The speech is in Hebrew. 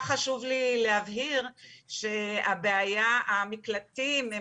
וכל כך חשוב לי להבהיר שהבעיה והמקלטים הם